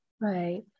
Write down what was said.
Right